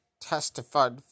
testified